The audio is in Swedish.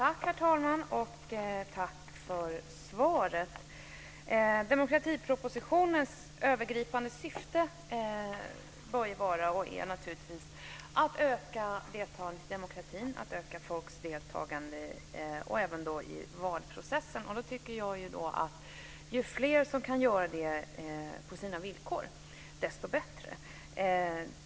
Herr talman! Tack för svaret. Demokratipropositionens övergripande syfte är och bör vara att öka demokratin, att öka folks deltagande i valprocessen. Ju fler som kan göra det på sina villkor, desto bättre.